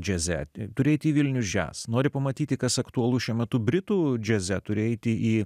džiaze turėti vilnius jazz nori pamatyti kas aktualu šiuo metu britų džiaze turi eiti į